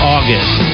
August